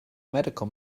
medical